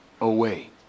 away